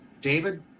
David